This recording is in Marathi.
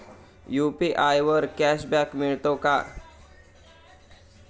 यु.पी.आय वर कॅशबॅक मिळतो का?